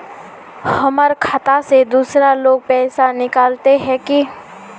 हमर खाता से दूसरा लोग पैसा निकलते है की?